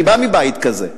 אני בא מבית כזה,